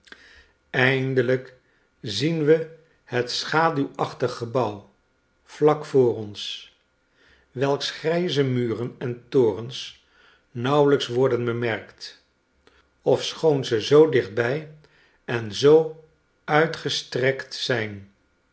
eindelijk zien wehet schaduwachtig gebouw vlak voor ons welks grijze muren en torens nauwelijks worden bemerkt ofschoon ze zoo dichtbij en zoo uitgestrekt zijn